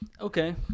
Okay